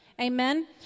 Amen